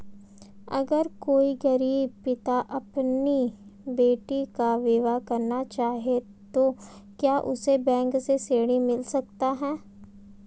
अगर कोई गरीब पिता अपनी बेटी का विवाह करना चाहे तो क्या उसे बैंक से ऋण मिल सकता है?